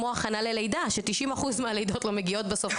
כמו הכנה ללידה שתשעים אחוז מהלידות לא מגיעות בסוף,